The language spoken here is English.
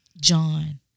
John